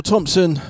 Thompson